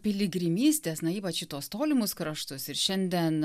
piligrimystės na ypač į tuos tolimus kraštus ir šiandien